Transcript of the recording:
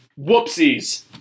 whoopsies